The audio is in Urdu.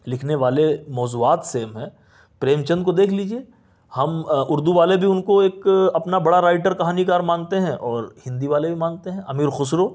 لکھنے والے موضوعات سیم ہیں پریم چند کو دیکھ لیجیے ہم اردو والے بھی ان کو ایک اپنا بڑا رائٹر کہانی کار مانتے ہیں اور ہندی والے بھی مانتے ہیں امیر خسرو